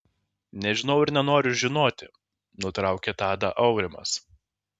nežinau ir nenoriu žinoti nutraukė tadą aurimas